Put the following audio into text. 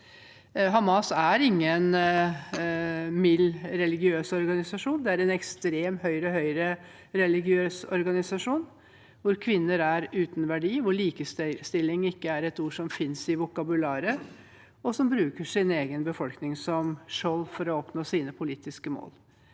Hamas er ingen mild religiøs organisasjon. Det er en ekstrem, høyre-høyre religiøs organisasjon, hvor kvinner er uten verdi, hvor likestilling ikke er et ord som finnes i vokabularet, og som bruker sin egen befolkning som skjold for å oppnå sine politiske mål,